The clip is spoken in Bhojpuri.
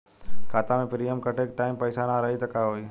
खाता मे प्रीमियम कटे के टाइम पैसा ना रही त का होई?